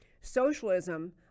socialism